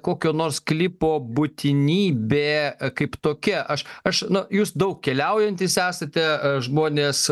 kokio nors klipo būtinybė kaip tokia aš aš na jūs daug keliaujantys esate žmonės